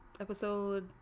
episode